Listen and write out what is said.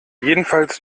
jedenfalls